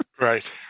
Right